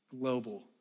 global